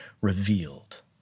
revealed